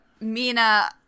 Mina